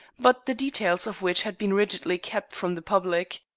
but the details of which had been rigidly kept from the public.